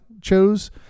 chose